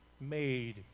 made